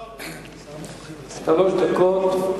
שלוש דקות.